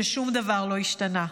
ששום דבר לא השתנה.